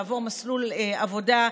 לעבור מסלול עבודה,